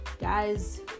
guys